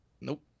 Nope